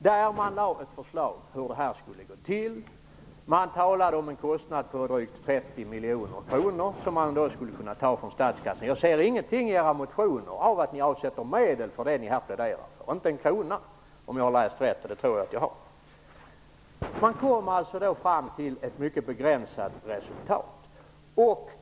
Man kom med ett förslag om hur det skulle gå till. Man talade om en kostnad på 30 miljoner kronor som måste tas från statskassan. Jag ser inte i era motioner att ni har avsatt medel för detta som ni här pläderar för. Ni har inte avsatt en krona, om jag har läst rätt och det tror jag att jag har. Man kommer alltså fram till ett mycket begränsat resultat.